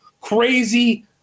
crazy